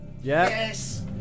Yes